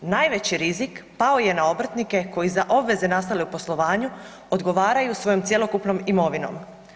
Najveći rizik pao je na obrtnike koji za obveze nastale u poslovanju odgovaraju svojom cjelokupnom imovinom.